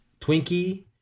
Twinkie